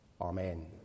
amen